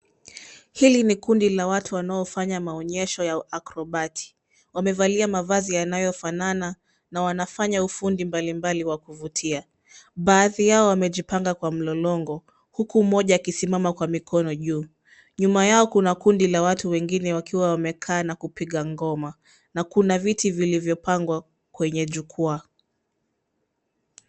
Hili ni kundi la watu wanaofanya maonyesho ya acrobati. Wamevalia mavazi yanayofanana na wanafanya ufundi mbalimbali wa kuvutia. Baadhi yao wamejipanga kwa mlolongo huku mmoja akisimama kwa mikono juu. Nyuma yao kuna kundi la watu wengine wakiwa wamekaa na kupiga ngoma, na kuna viti vilivyopangwa kwenye jukwaa.